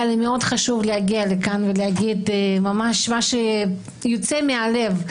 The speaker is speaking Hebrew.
היה לי מאוד חשוב להגיע לכאן ולומר דברים שיוצאים מהלב.